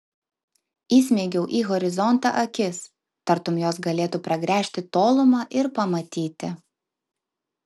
įsmeigiau į horizontą akis tartum jos galėtų pragręžti tolumą ir pamatyti